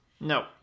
No